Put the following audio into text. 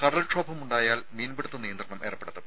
കടൽക്ഷോഭമുണ്ടായാൽ മീൻപിടുത്ത നിയന്ത്രണം ഏർപ്പെടുത്തും